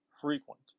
frequent